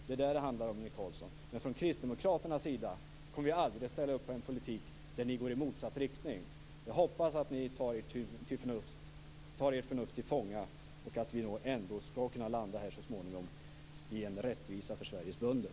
Det är vad det handlar om, Inge Carlsson. Men från kristdemokraternas sida kommer vi aldrig att ställa upp på den politik ni förespråkar, som går i motsatt riktning. Jag hoppas att ni tar ert förnuft till fånga och att vi så småningom skall kunna landa i en rättvisa för Sveriges bönder.